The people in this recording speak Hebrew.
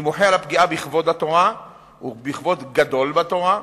אני מוחה על הפגיעה בכבוד התורה ובכבוד גדול בתורה,